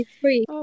Free